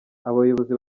abayobozi